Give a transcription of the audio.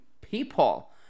people